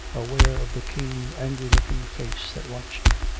aware of the keen, angry-looking face that watched her,